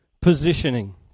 positioning